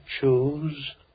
choose